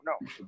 no